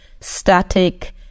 static